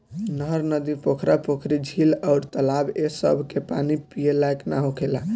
नहर, नदी, पोखरा, पोखरी, झील अउर तालाब ए सभ के पानी पिए लायक ना होखेला